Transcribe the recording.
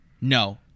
No